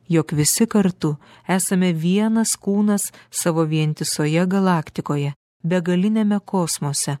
jog visi kartu esame vienas kūnas savo vientisoje galaktikoje begaliniame kosmose